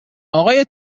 اقای